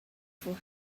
for